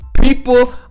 People